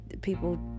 people